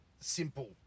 simple